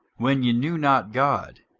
when ye knew not god,